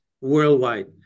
worldwide